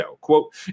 quote